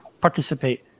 participate